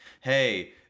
hey